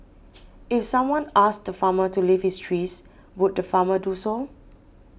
if someone asked the farmer to leave his trees would the farmer do so